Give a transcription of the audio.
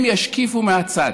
הם ישקיפו מהצד,